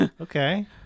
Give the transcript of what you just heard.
Okay